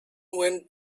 went